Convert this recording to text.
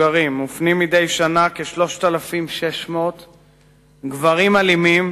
מדי שנה מופנים כ-3,600 גברים שהיו אלימים